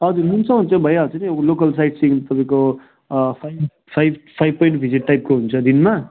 हजुर हुन्छ हुन्छ भइहाल्छ कि अब लोकल साइट सिन तपाईँको five five five point visit टाइपको हुन्छ दिनमा